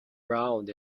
round